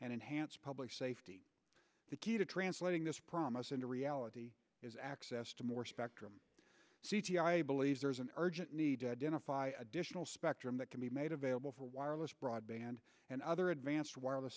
and enhance public safety the key to translating this promise into reality is access to more spectrum i believe there is an urgent need to identify additional spectrum that can be made available for wireless broadband and other advanced w